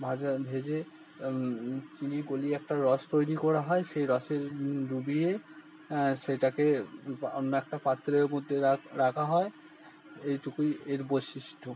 ভাজা ভেজে চিনি গলিয়ে একটা রস তৈরি করা হয় সেই রসে ডুবিয়ে সেটাকে অন্য একটা পাত্রের মধ্যে রাখা হয় এইটুকুই এর বৈশিষ্ট্য